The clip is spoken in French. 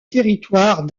territoire